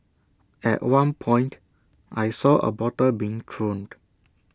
at one point I saw A bottle being thrown